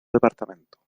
departamento